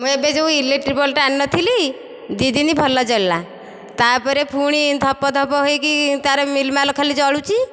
ମୁଁ ଏବେ ଯେଉଁ ଇଲେକ୍ଟ୍ରି ବଲ୍ବଟା ଆଣିନଥିଲି ଦୁଇ ଦିନ ଭଲ ଜଳିଲା ତା'ପରେ ପୁଣି ଧପ ଧପ ହୋଇକି ତା'ର ମିଲ୍ମାଲ୍ ଖାଲି ଜଳୁଛି